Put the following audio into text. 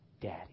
daddy